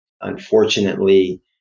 unfortunately